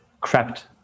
crept